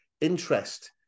interest